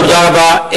תודה רבה.